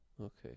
Okay